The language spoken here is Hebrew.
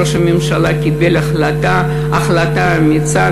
ראש הממשלה קיבל החלטה, החלטה אמיצה.